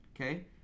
Okay